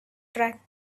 track